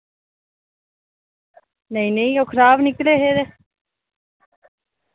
नेईं नेईं ओ खराब निकले हे ते